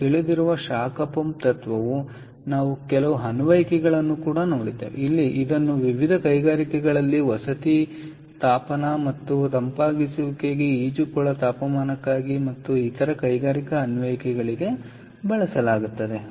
ನಮಗೆ ತಿಳಿದಿರುವ ಶಾಖ ಪಂಪ್ ತತ್ವವು ನಾವು ಕೆಲವು ಅನ್ವಯಿಕೆಗಳನ್ನು ನೋಡಿದ್ದೇವೆ ಅಲ್ಲಿ ಇದನ್ನು ವಿವಿಧ ಕೈಗಾರಿಕೆಗಳಲ್ಲಿ ವಸತಿ ತಾಪನ ಮತ್ತು ತಂಪಾಗಿಸುವಿಕೆಗಾಗಿ ಮತ್ತು ಈಜುಕೊಳ ತಾಪನಕ್ಕಾಗಿ ಮತ್ತು ಇತರ ಕೈಗಾರಿಕಾ ಅನ್ವಯಿಕೆಗಳಿಗೆ ಬಳಸಲಾಗುತ್ತದೆ